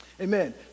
amen